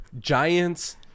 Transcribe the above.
Giants